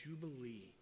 jubilee